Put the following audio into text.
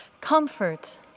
Comfort